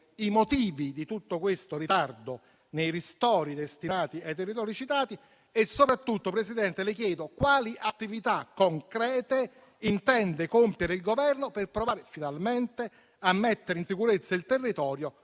i motivi di tutto questo ritardo nei ristori destinati ai territori citati. Soprattutto, signora Presidente, le chiedo quali attività concrete intende compiere il Governo per provare, finalmente, a mettere in sicurezza il territorio,